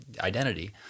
identity